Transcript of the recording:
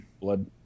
blood